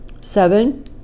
Seven